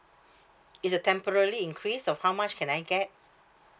it's a temporarily increase so how much can I get